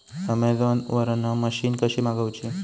Amazon वरन machine कशी मागवची?